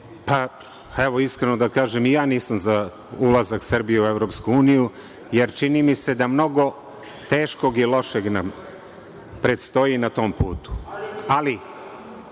evo iskreno da kažem i ja nisam za ulazak Srbije u EU, jer čini mi se da mnogo teškog i lošeg predstoji na tom putu,